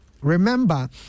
remember